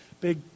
big